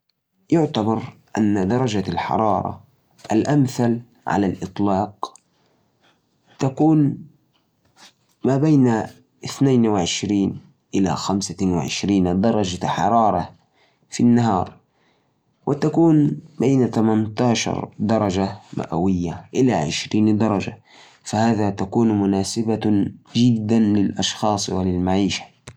درجة الحرارة الأمثل خلال النهار تتراوح عادةً ما بين عشرين إلى اربعه وعشرين درجة مئوية، حيث تكون مريحة للأنشطة الخارجية. أما خلال الليل، فإن درجة الحرارة المثلي تتراوح ما بين خمستاش إلى تمنتاش درجة مئوية، وهذا يوفر بيئة مريحة للنوم. هذه الدرجات طبعاً تختلف حسب التفضيلات الشخصية والبيئة المحلية.